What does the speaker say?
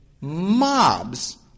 mobs